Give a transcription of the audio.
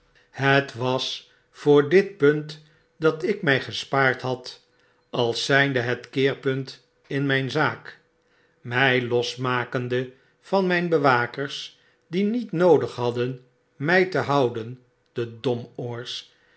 het was voor dit punt dat ik my gespaard had als zynde het keerpunt in myn zaak my losmakende van mjjn bewakers die niet noodig hadden my te houden de domoors